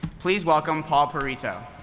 please welcome paul perito.